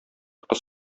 кыз